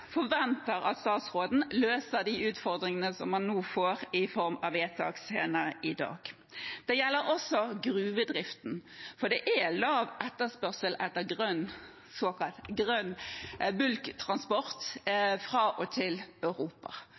forventer at statsråden løser de utfordringene som man nå får i form av vedtak senere i dag. Det gjelder også gruvedriften, for det er lav etterspørsel etter såkalt grønn bulktransport fra og til Europa,